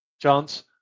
chance